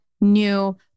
new